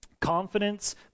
confidence